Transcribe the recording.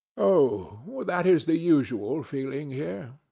oh, that is the usual feeling here.